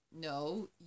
No